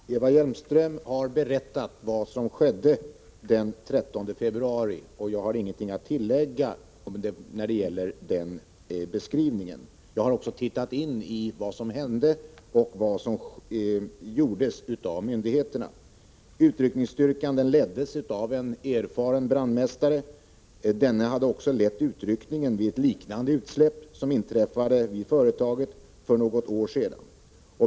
Fru talman! Eva Hjelmström har talat om vad som skedde den 13 februari. Jag har ingenting att tillägga när det gäller beskrivningen av det inträffade. Jag har studerat vad som hände och vad som gjordes från myndigheternas sida. Utryckningsstyrkan leddes av en erfaren brandmästare. Denne hade tidigare lett utryckningen vid ett liknande utsläpp, som inträffade vid företaget för något år sedan.